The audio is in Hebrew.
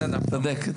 צודק.